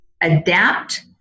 adapt